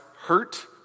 hurt